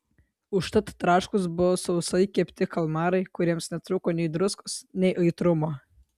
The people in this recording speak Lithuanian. užtat traškūs buvo sausai kepti kalmarai kuriems netrūko nei druskos nei aitrumo